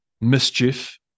mischief